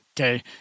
Okay